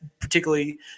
particularly